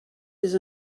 des